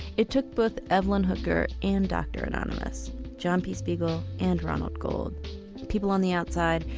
it took both evelyn hooker and dr anonymous john p spiegel and ronald gold people on the outside,